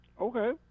Okay